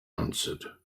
answered